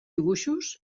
dibuixos